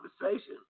conversation